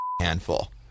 handful